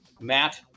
matt